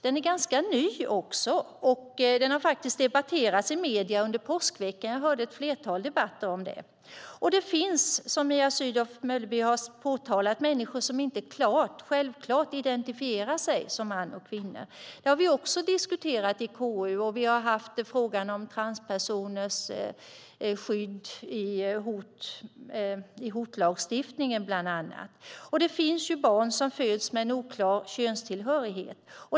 Den är ganska ny, och den har faktiskt debatterats i medierna under påskveckan. Jag hörde ett flertal debatter. Det finns, som Mia Sydow Mölleby har påpekat, människor som inte självklart identifierar sig som män eller kvinnor. Det har vi också diskuterat i KU, och vi har bland annat diskuterat frågan om transpersoners skydd i hotlagstiftningen. Det finns också barn som föds med en oklar könstillhörighet.